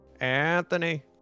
Anthony